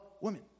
women